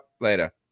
Later